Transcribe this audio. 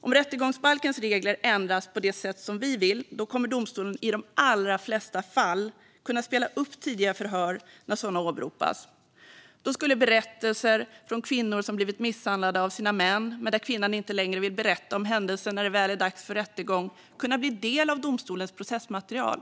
Om rättegångsbalkens regler ändras på det sätt vi vill kommer domstolen i de allra flesta fall att kunna spela upp tidiga förhör när sådana åberopas. Då skulle berättelser från kvinnor som blivit misshandlade av sina män, men där kvinnan inte längre vill berätta om händelsen när det väl är dags för rättegång, kunna bli del av domstolens processmaterial.